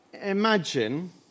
imagine